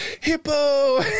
hippo